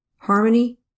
Harmony